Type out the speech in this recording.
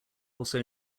also